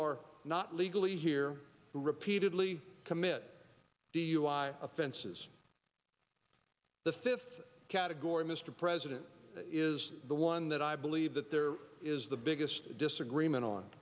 are not legally here who repeatedly commit dui offenses the fifth category mr president is the one that i believe that there is the biggest disagreement on